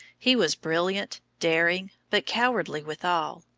he was brilliant, daring, but cowardly withal,